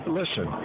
listen